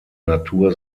natur